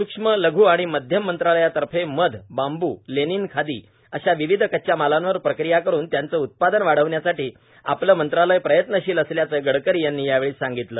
सूक्ष्म लघ् व मध्यम मंत्रालयातर्फे मध एबांबू लेनिन खादी अशा विविध कच्च्या मालावर प्रक्रिया करून त्यांचे उत्पादन वाढवण्यासाठी आपले मंत्रालय प्रयत्नशील असल्याचं गडकरी यांनी यावेळी सांगितलं